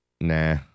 Nah